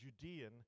Judean